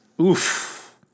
Oof